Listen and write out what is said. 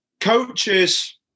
coaches